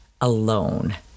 alone